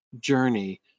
journey